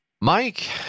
Mike